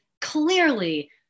clearly